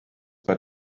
bei